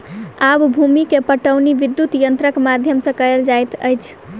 आब भूमि के पाटौनी विद्युत यंत्रक माध्यम सॅ कएल जाइत अछि